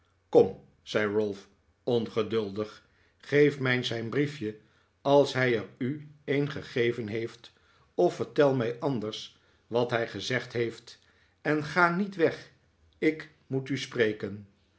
kom zei ralph ongeduldig geef mij zijn briefje als hij er u een gegeven heeft of vertel mij anders wat hij gezegd heeft en ga niet weg ik moet u spreken